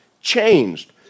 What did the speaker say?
changed